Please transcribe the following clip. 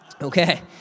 Okay